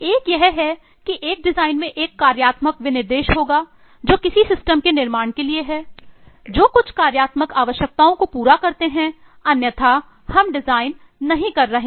एक यह है कि एक डिज़ाइन में एक कार्यात्मक विनिर्देश होगा जो किसी सिस्टम के निर्माण के लिए है जो कुछ कार्यात्मक आवश्यकताओं को पूरा करते हैं अन्यथा हम डिजाइन नहीं कर रहे हैं